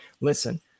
Listen